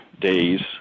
days